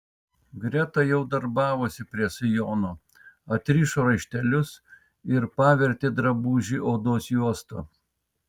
greta jau darbavosi prie sijono atrišo raištelius ir pavertė drabužį odos juosta